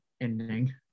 ending